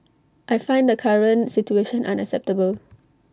I find the current situation unacceptable